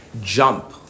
jump